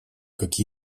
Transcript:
как